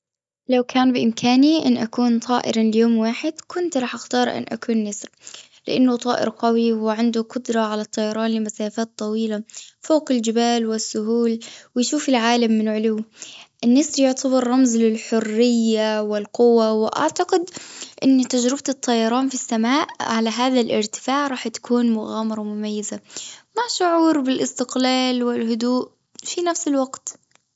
لو كان بإمكاني أن أكون طائرا ليوم واحد كنت راح أختار أن أكون نسر لأنه طائر قوي وعنده قدرة على الطيران لمسافات طويلة فوق الجبال والسهول ويشوف العالم من علو النسر يعتبر رمز للحرية والقوة وأعتقد أن تجربة الطيران على هذا الأرتفاع راح تكون مغامرة مميزة. مع شعور بالإستقلال والهدوء في نفس الوقت.